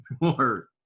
more